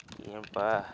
ಏನಪ್ಪ